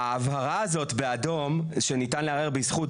ההבהרה הזאת באדום שניתן לערער בזכות,